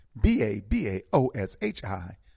B-A-B-A-O-S-H-I